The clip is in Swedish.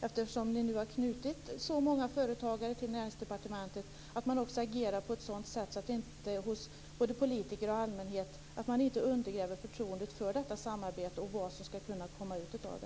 Eftersom ni nu har knutit så många företagare till Näringsdepartementet är det viktigt att agera på ett sådant sätt att man inte undergräver förtroendet hos politiker och allmänhet för detta samarbete.